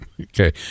Okay